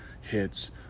hits